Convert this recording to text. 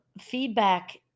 feedback